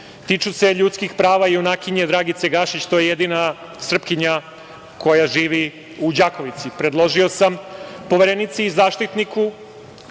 tiču se ljudskih prava junakinje Dragice Gašić, to je jedina Srpkinja koja živi u Đakovici. Predložio sam Poverenici i Zaštitniku